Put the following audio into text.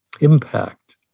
impact